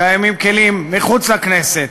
קיימים כלים מחוץ לכנסת.